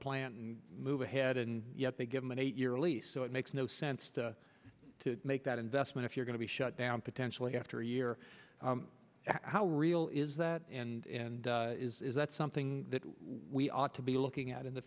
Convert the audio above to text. plant and move ahead and yet they give them an eight year lease so it makes no sense to make that investment if you're going to be shut down potentially after a year how real is that and is that something that we ought to be looking at in the